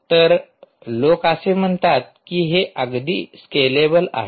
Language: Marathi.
तर लोक असे म्हणतात की हे अगदी स्केलेबल आहे